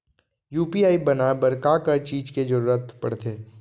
UPI बनाए बर का का चीज के जरवत पड़थे?